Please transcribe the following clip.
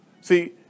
See